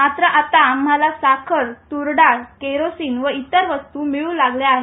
मात्र आता आम्हाला साखर त्ररडाळ करोसीन व इतर वस्तू मिळू लागल्या आहेत